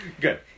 Good